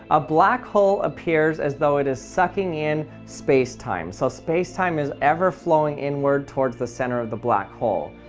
a black hole appears as though it is sucking in space-time so space-time is ever flowing inward towards the centre of the black hole.